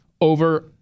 over